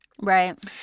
Right